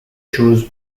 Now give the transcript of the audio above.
choose